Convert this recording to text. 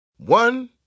One